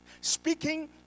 speaking